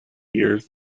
years